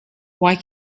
why